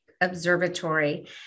Observatory